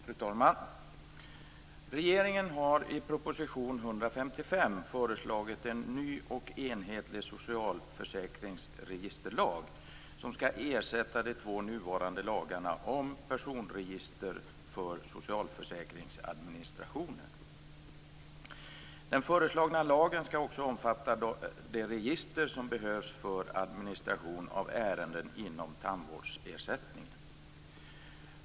Fru talman! Regeringen har i proposition 155 föreslagit en ny och enhetlig socialförsäkringsregisterlag som skall ersätta de två nuvarande lagarna om personregister för socialförsäkringsadministrationen. Den föreslagna lagen skall också omfatta det register som behövs för administration av ärenden inom tandvårdsersättningen.